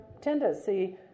tendency